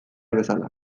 bezala